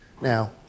Now